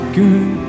good